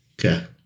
Okay